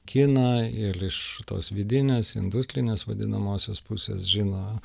kiną ir iš tos vidinės industrinės vadinamosios pusės žino